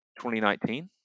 2019